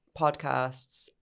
podcasts